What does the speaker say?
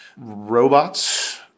robots